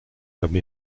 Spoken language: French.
comme